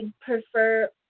prefer